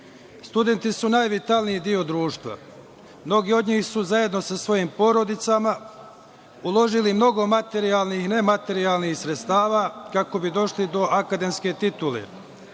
okviru. Studenti su najvitalniji deo društva. Mnogi od njih su zajedno sa svojim porodicama uložili mnogo materijalnih i nematerijalnih sredstava kako bi došli do akademske titule.